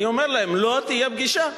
אני אומר להם: לא תהיה פגישה.